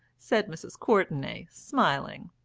said mrs. courtenay, smiling.